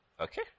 okay